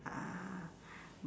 uh